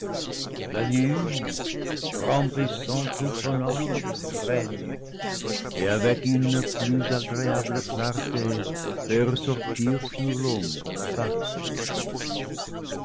la lune remplissant tout son orbe règne et avec une plus agréa ble clarté fait ressortir sur l'ombre la face des choses